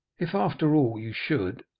if after all you should,